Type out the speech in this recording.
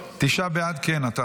התשפ"ד 2024, נתקבל.